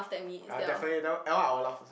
ah definitely that one I one I will laugh also